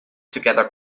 together